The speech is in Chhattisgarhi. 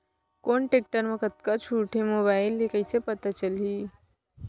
कोन टेकटर म कतका छूट हे, मोबाईल ले कइसे पता चलही?